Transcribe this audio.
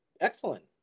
excellent